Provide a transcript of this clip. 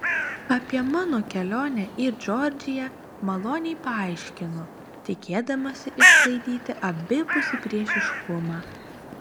apie mano kelionę į džordžiją maloniai paaiškinu tikėdamasi išsklaidyti abipusį priešiškumą